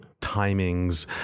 timings